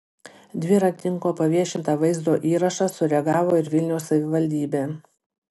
dviratininko paviešintą vaizdo įrašą sureagavo ir vilniaus savivaldybė